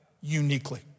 uniquely